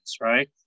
right